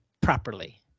properly